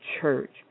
church